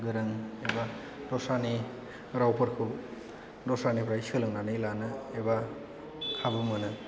गोरों एबा दस्रानि रावफोरखौ दस्रानिफ्राय सोलोंनानै लानो एबा खाबु मोनो